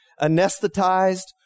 anesthetized